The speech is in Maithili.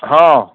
हँ